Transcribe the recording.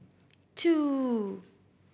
two